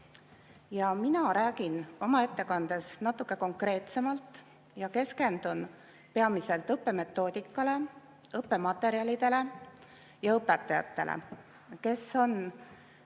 Mina räägin oma ettekandes natuke konkreetsemalt ja keskendun peamiselt õppemetoodikale, õppematerjalidele ja õpetajatele, kes on,